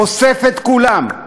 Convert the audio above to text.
אוסף את כולן,